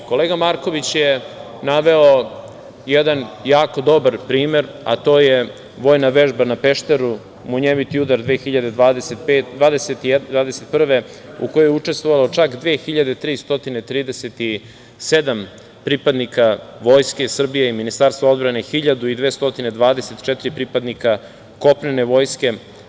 Kolega Marković je naveo jedan jako dobar primer, a to je vojna vežba na Pešteru, munjeviti udar 2021. godine, u kojoj je učestvovalo čak 2.337 pripadnika Vojske Srbije i Ministarstva odbrane, 1.224 pripadnika kopnene vojske.